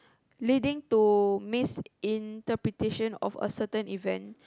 leading to misinterpretation of a certain event